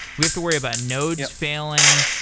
we have to worry about nodes failing.